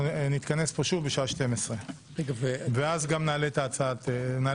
אנחנו נתכנס פה שוב בשעה 12:00 ואז נעלה מחדש